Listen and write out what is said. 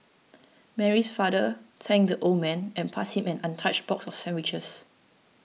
Mary's father thanked the old man and passed him an untouched box of sandwiches